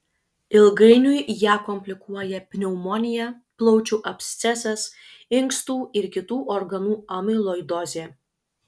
ilgainiui ją komplikuoja pneumonija plaučių abscesas inkstų ir kitų organu amiloidozė